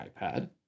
iPad